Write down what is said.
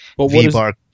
V-Bar